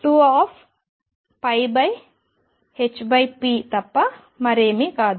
2 hp తప్ప మరేమీ కాదు